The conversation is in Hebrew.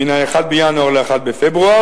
מן ה-1 בינואר ל-1 בפברואר,